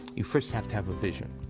you first have to have a vision,